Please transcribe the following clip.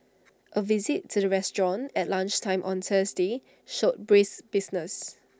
A visit to the restaurant at lunchtime on Thursday showed brisk business